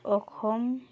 Assam